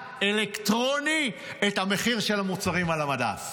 אלקטרוני את המחיר של המוצרים על המדף.